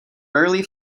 rarely